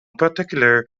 particular